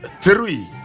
three